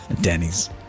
Denny's